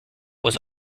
was